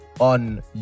On